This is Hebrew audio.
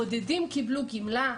בודדים קיבלו גמלה.